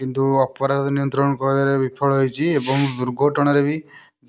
କିନ୍ତୁ ଅପରାଧୀ ନିୟନ୍ତ୍ରଣ କରିବାରେ ବିଫଳ ହୋଇଛି ଏବଂ ଦୁର୍ଘଟଣାରେ ବି